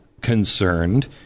concerned